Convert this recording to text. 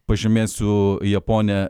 pažymėsiu japonę